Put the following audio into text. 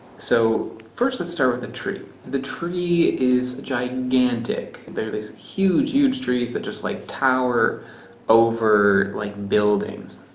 so first let's start with the tree. the tree is gigantic. they are these huge huge trees that just like tower over like buildings.